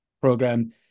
program